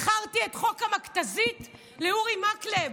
מכרתי את חוק המכת"זית לאורי מקלב.